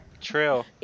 true